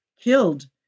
killed